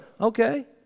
Okay